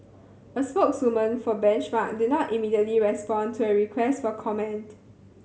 a spokeswoman for Benchmark did not immediately respond to a request for comment